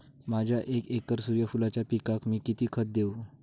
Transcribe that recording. माझ्या एक एकर सूर्यफुलाच्या पिकाक मी किती खत देवू?